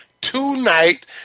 tonight